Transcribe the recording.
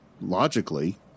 logically